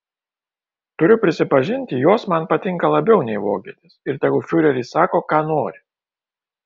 turiu prisipažinti jos man patinka labiau nei vokietės ir tegu fiureris sako ką nori